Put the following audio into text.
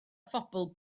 phobl